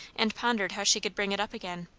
and pondered how she could bring it up again,